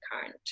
current